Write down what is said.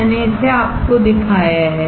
मैंने इसे आपको दिखाया है